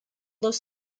dos